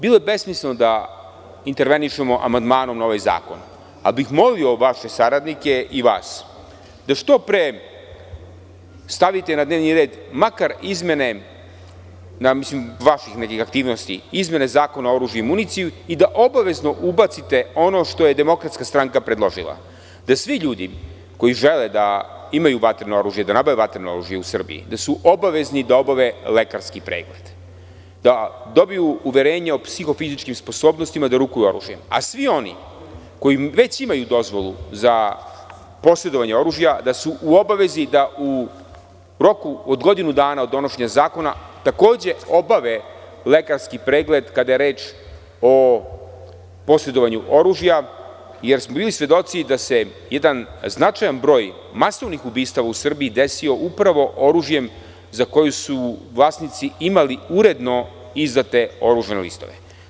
Bilo je besmisleno da intervenišemo amandmanom na ovaj zakon, ali bih molio vaše saradnike i vas da što pre stavite na dnevni red makar izmene Zakona o oružju i municiji i da obavezno ubacite ono što je DS predložila, da svi ljudi koji žele da imaju vatreno oružje, da nabave vatreno oružje u Srbiji, su obavezni da obave lekarski pregled, da dobiju uverenje o psihofizičkim sposobnostima da rukuju oružjem, a svi oni koji već imaju dozvolu za posedovanje oružja, da su u obavezi da u roku od godinu dana od donošenja zakona takođe obave lekarski pregled, kada je reč o posedovanju oružja, jer smo bili svedoci da se jedan značajan broj masovnih ubistava u Srbiji desio upravo desio oružjem za koji su vlasnici imali uredno izdate oružane listove.